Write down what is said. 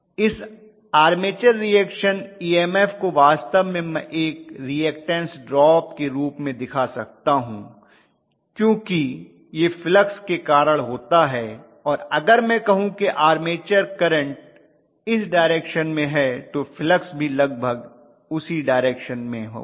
इस armature reaction EMF को वास्तव में मैं एक रीऐक्टन्स ड्रॉप के रूप में दिखा सकता हूं क्योंकि यह फ्लक्स के कारण होता है और अगर मैं कहूं कि आर्मेचर करंट इस डाइरेक्शिन में है तो फ्लक्स भी लगभग उसी डाइरेक्शिन में होगा